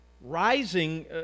rising